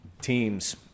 teams